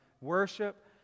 worship